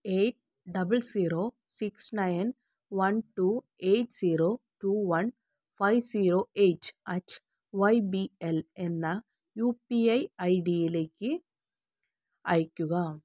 eight double zero six nine one two eight zero two one five zero eight at Y B L എന്ന UPI ഐഡിയിലേക്ക് അയയ്ക്കുക